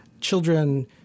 children